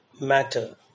matter